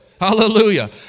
Hallelujah